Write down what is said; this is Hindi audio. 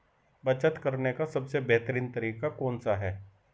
बचत करने का सबसे बेहतरीन तरीका कौन सा है?